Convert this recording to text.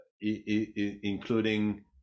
including